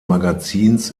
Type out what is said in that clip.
magazins